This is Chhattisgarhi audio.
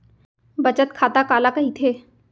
बचत खाता काला कहिथे?